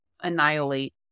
annihilate